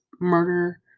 murder